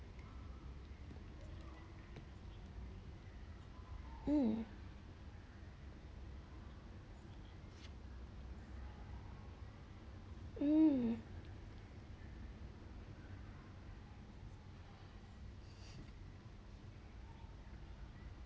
um um